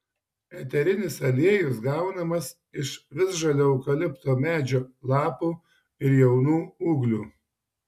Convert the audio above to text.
eterinis aliejus gaunamas iš visžalio eukalipto medžio lapų ir jaunų ūglių